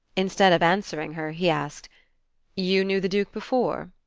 instead of answering her he asked you knew the duke before?